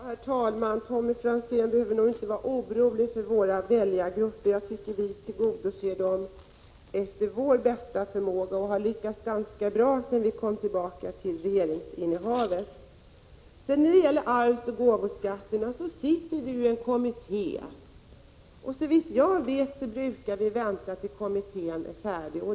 Herr talman! Tommy Franzén behöver inte vara orolig för våra väljargrupper. Jag tycker att vi tillgodoser dem efter vår bästa förmåga och har lyckats ganska bra sedan vi kom tillbaka till regeringsinnehavet. En kommitté arbetar med arvsoch gåvoskatterna, och såvitt jag vet brukar vi i sådana fall vänta till dess kommittén är färdig.